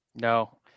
No